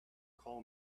call